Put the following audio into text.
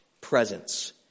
presence